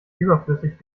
überflüssig